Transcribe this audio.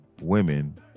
women